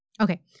Okay